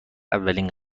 اولین